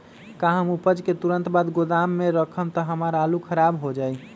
का हम उपज के तुरंत बाद गोदाम में रखम त हमार आलू खराब हो जाइ?